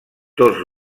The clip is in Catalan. tots